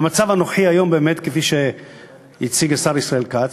במצב הנוכחי היום באמת, כפי שהציג השר ישראל כץ,